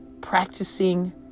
practicing